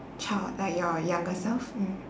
child like your younger self mm